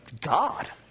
God